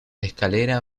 escaleras